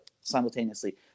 simultaneously